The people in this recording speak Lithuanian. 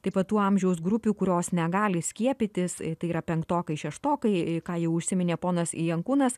taip pat tų amžiaus grupių kurios negali skiepytis tai yra penktokai šeštokai ką jau užsiminė ponas jankūnas